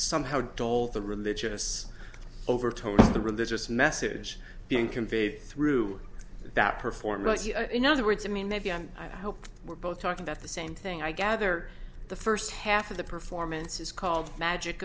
somehow told the religious overtones of the religious message being conveyed through that performance in other words i mean that you and i hope we're both talking about the same thing i gather the first half of the performance is called magic